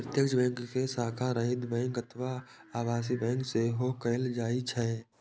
प्रत्यक्ष बैंक कें शाखा रहित बैंक अथवा आभासी बैंक सेहो कहल जाइ छै